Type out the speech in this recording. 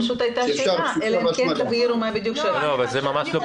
זה ממש לא בתי עסק.